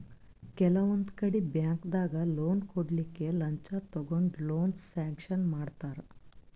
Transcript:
ಕೆಲವೊಂದ್ ಕಡಿ ಬ್ಯಾಂಕ್ದಾಗ್ ಲೋನ್ ಕೊಡ್ಲಕ್ಕ್ ಲಂಚ ತಗೊಂಡ್ ಲೋನ್ ಸ್ಯಾಂಕ್ಷನ್ ಮಾಡ್ತರ್